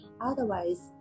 Otherwise